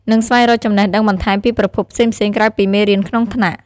និងស្វែងរកចំណេះដឹងបន្ថែមពីប្រភពផ្សេងៗក្រៅពីមេរៀនក្នុងថ្នាក់។